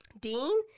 Dean